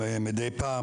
מידי פעם?